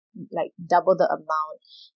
like double the amount